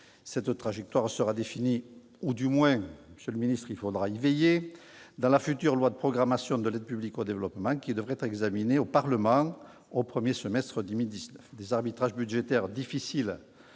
Cette trajectoire sera définie- ou du moins il faudra y veiller -dans la future loi de programmation de l'aide publique au développement, qui devrait être examinée au Parlement au premier semestre de 2019. Des arbitrages budgétaires difficiles